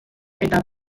eta